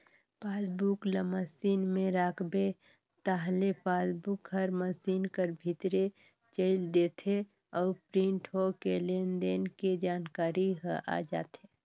passbook ल machine में राखबे ताहले पासबुक हर मसीन कर भीतरे चइल देथे अउ प्रिंट होके लेन देन के जानकारी ह आ जाथे